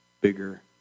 bigger